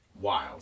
Wild